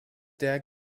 der